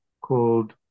called